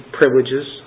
privileges